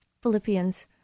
Philippians